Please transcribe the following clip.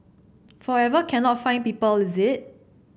forever cannot find people is it